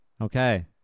Okay